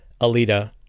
Alita